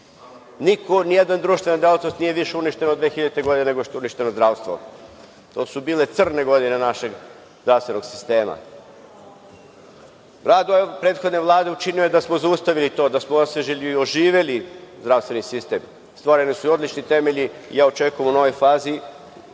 ni jedna društvena delatnost nije više uništena od 2000. godine, nego što je uništeno zdravstvo. To su bile crne godine našeg zdravstvenog sistema. Rad prethodne Vlade učinio je da smo zaustavili to, da smo osvežili, oživeli zdravstveni sistem. Stvoreni su i odlični temelji i ja očekujem u novoj fazi,